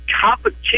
competition